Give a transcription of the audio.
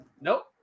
Nope